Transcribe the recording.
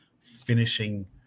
finishing